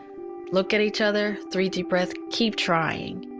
look at each other, three deep breaths keep trying.